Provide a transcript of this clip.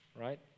right